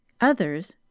Others